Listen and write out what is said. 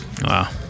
Wow